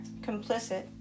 complicit